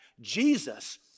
Jesus